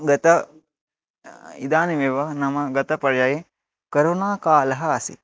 गत इदानीमेव नाम गतपर्याये करोनाकालः आसीत्